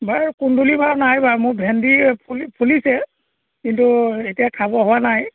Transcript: বাৰু কুন্দুলি বাৰু নাই বাৰু মোৰ ভেন্দি ফুলি ফুলিছে কিন্তু এতিয়া খাব হোৱা নাই